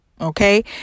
Okay